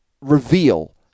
reveal